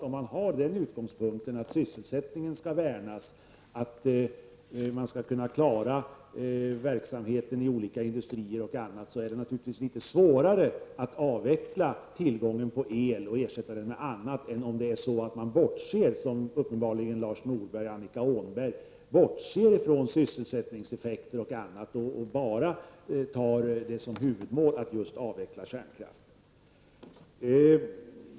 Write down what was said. Om man har utgångspunkten att sysselsättningen skall värnas och att man skall kunna klara verksamheten i olika industrier m.m. är det naturligtvis litet svårare att minska tillgången på el och ersätta den med annat än om man bortser, vilket uppenbarligen Lars Norberg och Annika och endast har som huvudmål att avveckla kärnkraften.